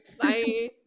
Bye